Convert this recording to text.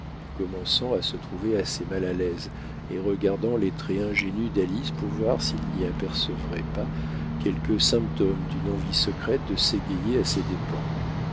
commençant à se trouver assez mal à l'aise et regardant les traits ingénus dalice pour voir s'il n'y apercevrait pas quelques symptômes d'une envie secrète de s'égayer à ses dépens